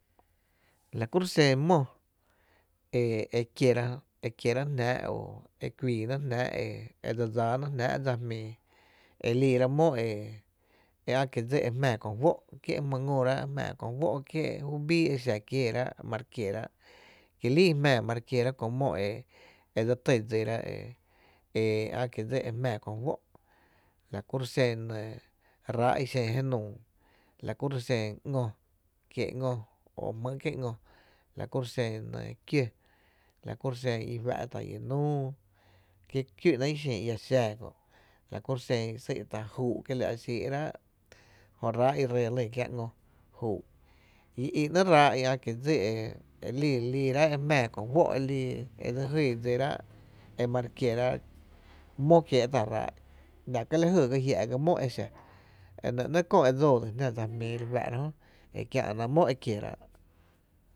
La kuro’ xen mí e kiera, ekiera jnáá’ o e kuiináá’ jnáá’ e dse dsáánáá’ jnáá’ dsa jmíi e liirá’ mó e ä’ kie’ dsi e jmⱥⱥ kó juó’ kié’ jmy ‘ngüráá’ e jmⱥⱥ ko juó’ kié ju bíí e xa kieerá’ e ma re kieráá’, ki lii jmⱥⱥ ma re kiera köö mó e dse tý dsira, e ä’ kie’ dsí e jmⱥⱥ ko juó’ la kuro’ xen enɇ ráá’ i xen jenuu lakuro’ xen ‘ngö jmýý kié’ ngö, la kuro’ xen i fá’tá’ i núu kí kiünáá’ i xin iáá’ xaa kö’ la kuro’ xen i Sý’tá’ juu’, kila’ xii’ráá’ jö ráá’ i ree lyn kiä’ ngö, juu’ i i ‘néé’ ráá’ i ä’ kie’ dsí e líírá’ e ä’ kie’ jmⱥⱥ ko juó’ e lii edse jyy dsíraa’ ma re kieráá’ mó kiee’ tá’ raa’ i la ka la jy ga jia’ ga mó e xa, e nɇ néé’ köö e dsoo dsín jná dsa jmíi re fá’ra jö e kiä’na’ mó e kieerá’.